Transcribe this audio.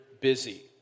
busy